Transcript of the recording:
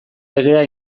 legea